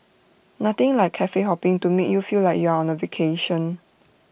nothing like Cafe hopping to make you feel like you're on A vacation